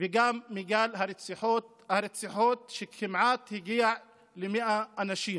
וגם מגל הרציחות, שהגיע כמעט ל-100 אנשים.